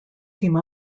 team